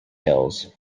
hills